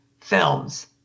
films